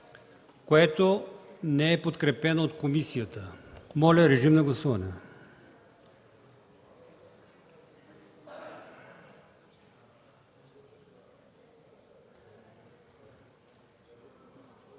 което не е подкрепено от комисията. Моля, гласувайте.